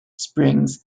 springs